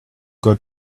got